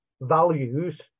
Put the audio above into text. values